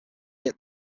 yet